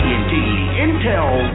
Intel